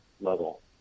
level